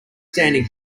standing